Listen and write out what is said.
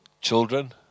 Children